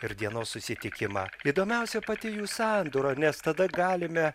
ir dienos susitikimą įdomiausia pati jų sandūra nes tada galime